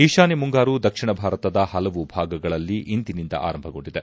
ಈತಾನ್ಯ ಮುಂಗಾರು ದಕ್ಷಿಣ ಭಾರತದ ಹಲವು ಭಾಗಗಳಲ್ಲಿ ಇಂದಿನಿಂದ ಆರಂಭಗೊಂಡಿದೆ